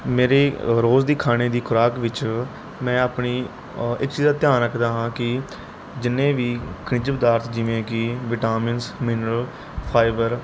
ਮੇਰੀ ਰੋਜ਼ ਦੀ ਖਾਣੇ ਦੀ ਖ਼ੁਰਾਕ ਵਿੱਚ ਮੈਂ ਆਪਣੀ ਇੱਕ ਚੀਜ਼ ਦਾ ਧਿਆਨ ਰੱਖਦਾ ਹਾਂ ਕਿ ਜਿੰਨੇ ਵੀ ਖਣਿਜ ਪਦਾਰਥ ਜਿਵੇਂ ਕਿ ਵਿਟਾਮਿਨਸ ਮਿਨਰਲ ਫਾਈਬਰ